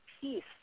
peace